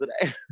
today